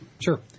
Sure